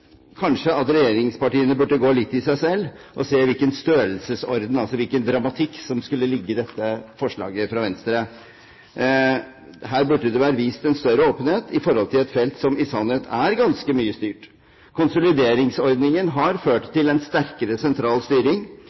regjeringspartiene kanskje burde gå litt i seg selv og se på hvilken størrelsesorden, altså hvilken dramatikk, som skulle ligge i forslaget fra Venstre. Det burde vært vist større åpenhet på et felt som i sannhet er ganske mye styrt. Konsolideringsordningen har ført til en sterkere sentral styring.